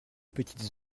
petites